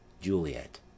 Juliet